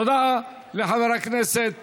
תודה לחבר הכנסת